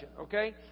okay